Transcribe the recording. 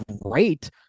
great